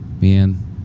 man